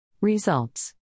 Results